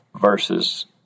versus